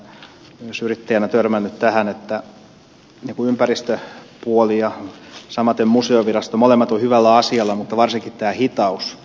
olen myös yrittäjänä törmännyt tähän että ympäristöpuoli ja samaten museovirasto ovat molemmat hyvällä asialla mutta ongelma on varsinkin tämä hitaus